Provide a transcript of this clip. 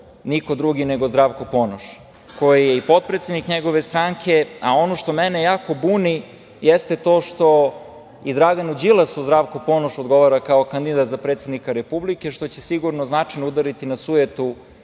niko drugi nego Zdravko Ponoš koji je i potpredsednik njegove stranke. Ono što mene jako buni jeste to što i Draganu Đilasu Zdravko Ponoš odgovara kao kandidat za predsednika Republike, što će sigurno značajno udariti na sujetu